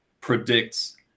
predicts